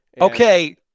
Okay